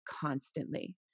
constantly